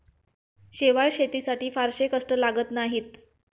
शेवाळं शेतीसाठी फारसे कष्ट लागत नाहीत